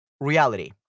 reality